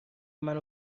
منو